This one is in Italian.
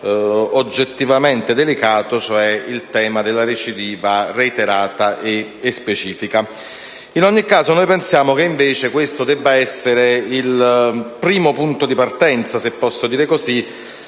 oggettivamente delicato, cioè il tema della recidiva reiterata e specifica. In ogni caso, noi pensiamo che invece questo debba essere il primo punto di partenza, se posso dire così,